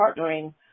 partnering